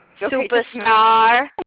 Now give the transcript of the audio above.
Superstar